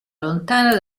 lontano